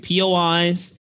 pois